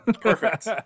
Perfect